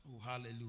hallelujah